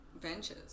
ventures